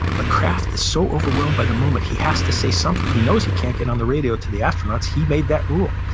but kraft is so overwhelmed by the moment he has to say something. he knows he can't get on the radio to the astronauts, he made that rule.